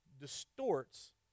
distorts